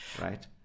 Right